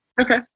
okay